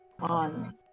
on